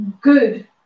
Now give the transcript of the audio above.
good